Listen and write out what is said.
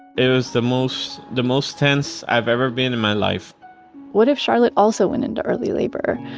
it was the most the most tense i've ever been in my life what if charlot also went into early labor?